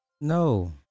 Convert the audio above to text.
No